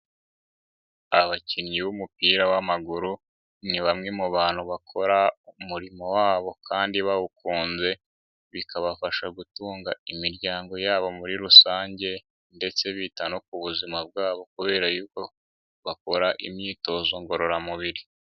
Abakinnyi b'umupira w'amaguru ni bamwe mu bantu bakora umurimo wabo kandi bawukunze, bikabafasha gutunga imiryango yabo muri rusange ndetse bita no ku buzima bwabo kubera yuko bakora imyitozo ngororamubiri.